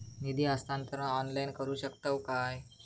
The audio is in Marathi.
निधी हस्तांतरण ऑनलाइन करू शकतव काय?